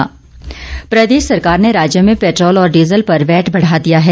petrol diesel महंगा प्रदेश सरकार ने राज्य में पेट्रोल और डीजल पर वैट बढ़ा दिया है